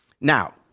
Now